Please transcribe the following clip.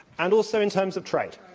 and also in terms of trade.